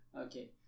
Okay